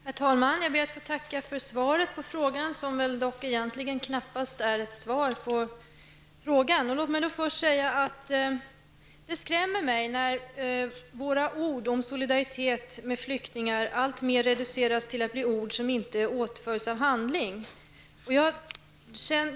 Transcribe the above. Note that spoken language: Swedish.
Herr talman! Jag ber att få tacka för svaret på frågan, som dock egentligen knappast är ett svar på min fråga. Låt mig först säga att det skrämmer mig när våra ord om solidaritet med flyktingar alltmer reduceras till att bli ord som inte åtföljs av handling.